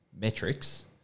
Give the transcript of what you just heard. metrics